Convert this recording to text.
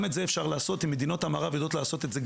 אם מדינות המערב יודעות לעשות את זה,